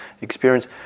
experience